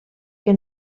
que